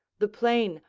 the plain,